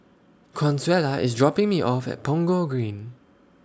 Consuela IS dropping Me off At Punggol Green